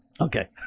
okay